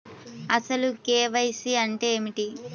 అసలు కే.వై.సి అంటే ఏమిటి?